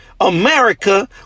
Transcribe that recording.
America